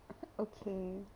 okay